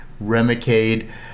Remicade